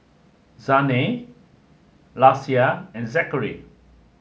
Zhane Lacie and Zackery